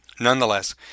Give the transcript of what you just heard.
Nonetheless